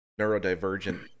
neurodivergent